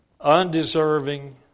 undeserving